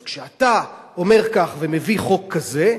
אז כשאתה אומר כך ומביא חוק כזה,